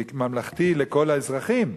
ממלכתי, לכל האזרחים.